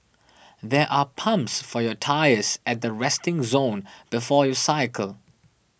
there are pumps for your tyres at the resting zone before you cycle